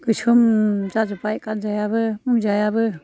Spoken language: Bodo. गोसोम जाजोबबाय गानजायाबो मुजायाबो